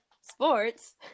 sports